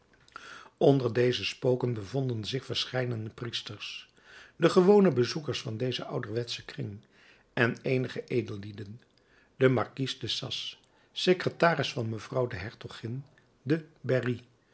onder deze spoken bevonden zich verscheidene priesters de gewone bezoekers van dezen ouderwetschen kring en eenige edellieden de markies de sass secretaris van mevrouw de hertogin de berry